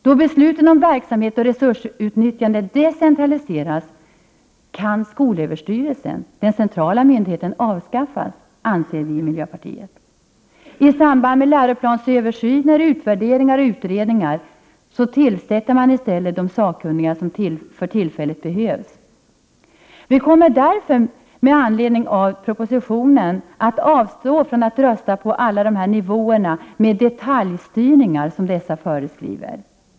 Då besluten om verksamhet och resursutnyttjande decentraliserats kan skolöverstyrelsen — den centrala myndigheten — avskaffas, anser vi i miljöpartiet. I samband med läroplansöversyner, utvärderingar och utredningar skall man i stället tillsätta de sakkunniga som för tillfället behövs. Vi kommer därför att avstå från att rösta för alla de nivåer med detaljstyrningar som propositionen föreskriver.